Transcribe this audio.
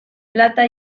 plata